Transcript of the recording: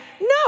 no